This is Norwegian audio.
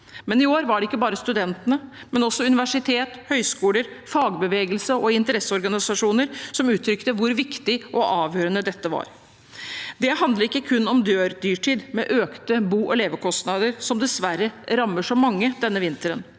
I år var det ikke bare studentene, men også universitet, høyskoler, fagbevegelse og interesseorganisasjoner som uttrykte hvor viktig og avgjørende dette var. Det handler ikke kun om dyrtid med økte bo- og levekostnader, som dessverre rammer så mange også denne vinteren.